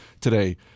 Today